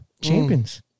champions